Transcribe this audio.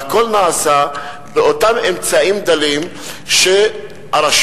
והכול נעשה באותם אמצעים דלים שיש להן,